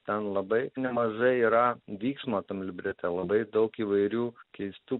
ten labai nemažai yra vyksmo tam librete labai daug įvairių keistų